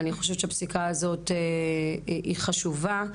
אני חושבת שהפסיקה הזאת היא חשובה.